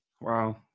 wow